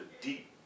deep